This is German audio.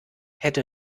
hätte